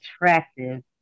attractive